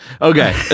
Okay